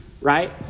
right